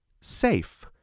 SAFE